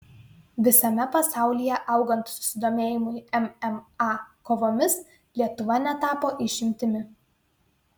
visame pasaulyje augant susidomėjimui mma kovomis lietuva netapo išimtimi